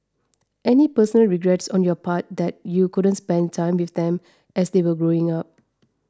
any personal regrets on your part that you couldn't spend time with them as they were growing up